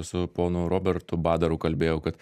su ponu robertu badaru kalbėjau kad